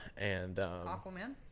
Aquaman